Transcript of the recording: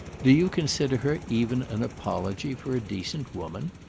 do you consider her even an apology for a decent woman?